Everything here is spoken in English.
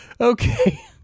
Okay